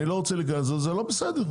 שם זה לא בסדר.